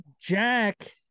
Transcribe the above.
Jack